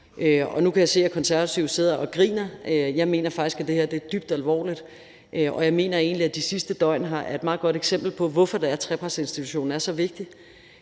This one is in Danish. Nu kan jeg se, at Konservative sidder og griner, men jeg mener faktisk, at det her er dybt alvorligt, og jeg mener egentlig, at de sidste døgn er et meget godt eksempel på, hvorfor trepartsinstitutionen er så vigtig.